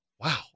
wow